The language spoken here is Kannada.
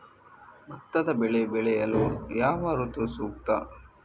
ಭತ್ತದ ಬೆಳೆ ಬೆಳೆಯಲು ಯಾವ ಋತು ಸೂಕ್ತ?